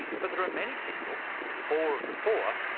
but there are many people, the poor of the poor,